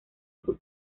sus